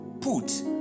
put